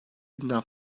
binden